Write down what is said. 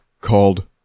Called